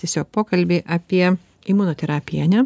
tiesiog pokalbį apie imunoterapiją ane